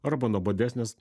arba nuobodesnis